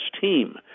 team